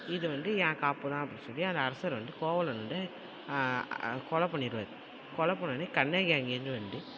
இது வந்து ஏன் காப்பு தான் அப்டி சொல்லி அந்த அரசர் வந்ட்டு கோவலன் வந்துட்டு கொலை பண்ணிருவார் கொலை பண்ணி கண்ணகி அங்கேர்ந்து வந்து